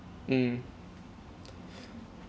mm